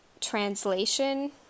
translation